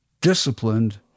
disciplined